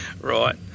right